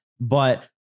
But-